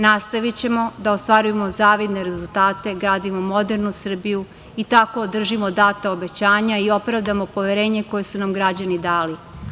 Nastavićemo da ostvarujemo zavidne rezultate, gradimo modernu Srbiju i tako održimo data obećanja i opravdamo poverenje koje su nam građani dali.